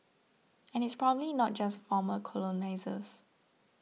and it's probably not just former colonisers